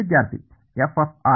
ವಿದ್ಯಾರ್ಥಿ f